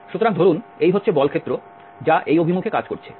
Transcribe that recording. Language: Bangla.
সুতরাং ধরুন এই হচ্ছে বল ক্ষেত্র যা এই অভিমুখে কাজ করছে